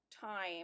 time